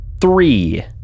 three